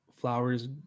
flowers